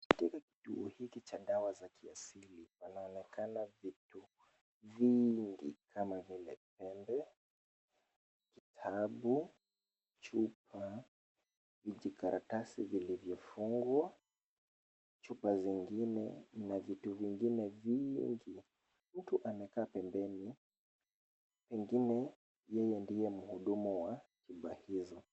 Katika kituo hiki cha dawa za kiasili panaonekana vitu vingi kama vile pembe, kitabu, chupa, vijikaratasi vilivyofungwa, chupa zingine na vitu vingine vingi. Mtu amekaa pembeni pengine yeye ndiye mhudumu wa tiba hizo.